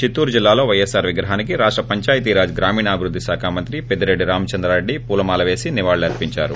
చిత్తూరు జిల్లాలో పైఎస్పార్ విగ్రహానికి రాష్ట పంచాయతీరాజ్ గ్రామీణాభివృద్ది శాఖ మంత్రి పెద్దిరెడ్డి రామచంద్రారెడ్డి పూలమాల్లో వేసి నివాళర్సించారు